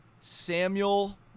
Samuel